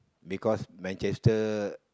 because Manchester